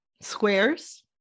squares